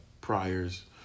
priors